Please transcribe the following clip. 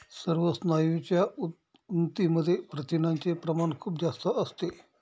सर्व स्नायूंच्या ऊतींमध्ये प्रथिनांचे प्रमाण खूप जास्त असते